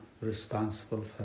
responsible